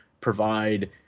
provide